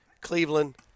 Cleveland